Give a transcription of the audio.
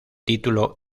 título